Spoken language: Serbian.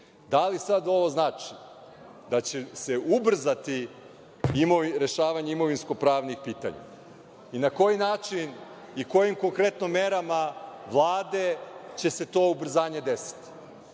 li sada ovo znači da će se ubrzati rešavanje imovinsko-pravnih pitanja? Na koji način i kojim konkretno merama Vlade će se to ubrzanje desiti,